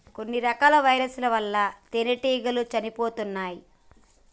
కొన్ని రకాల వైరస్ ల వల్ల తేనెటీగలు చనిపోతుంటాయ్